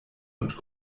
und